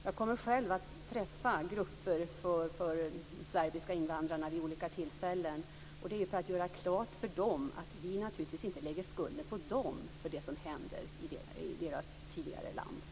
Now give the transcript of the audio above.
Jag kommer själv att träffa grupper av serbiska invandrare vid olika tillfällen för att göra klart för dem att vi naturligtvis inte lägger skulden på dem för det som händer i deras tidigare land.